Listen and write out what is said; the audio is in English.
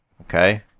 Okay